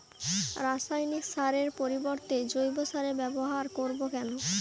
রাসায়নিক সারের পরিবর্তে জৈব সারের ব্যবহার করব কেন?